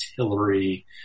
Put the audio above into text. artillery